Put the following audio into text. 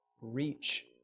reach